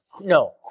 No